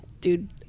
dude